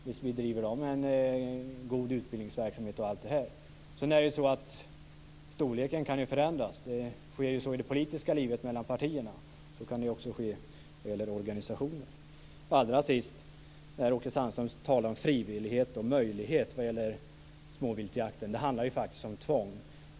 Visst bedriver förbundet en god utbildningsverksamhet och allt det där. Storleken kan ju förändras. Så sker i det politiska livet, mellan partierna, och så kan också ske vad gäller organisationer. Allra sist: Åke Sandström talar om frivillighet och möjlighet vad gäller småviltsjakten. Det handlar faktiskt om tvång.